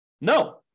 No